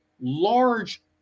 large